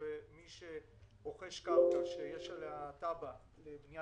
שמי שרוכש קרקע שיש עליה תב"ע לבנייה